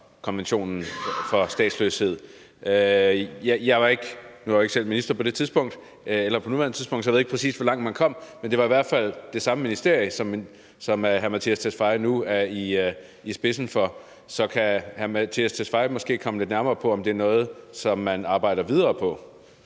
konventionen om statsløshed. Nu var jeg ikke selv minister på det tidspunkt og er det heller ikke på nuværende tidspunkt, så jeg ved ikke, præcis hvor langt man kom, men det var i hvert fald det samme ministerie, som hr. Mattias Tesfaye nu er i spidsen for. Så kan udlændinge- og integrationsministeren måske komme lidt nærmere på, om det er noget, som man arbejder videre på?